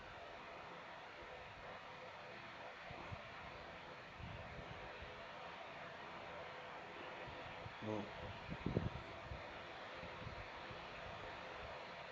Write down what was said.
oh